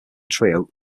trio